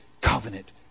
covenant